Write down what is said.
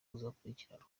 bazakurikiranwa